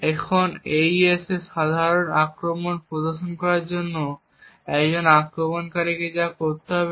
এখন AES তে একটি সাধারণ আক্রমণ প্রদর্শন করার জন্য একজন আক্রমণকারীকে যা করতে হবে